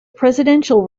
presidential